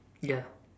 ya